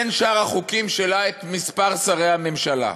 בין שאר החוקים שלה, את מספר שרי הממשלה,